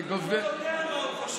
אתה לא יודע מה הוא חושב.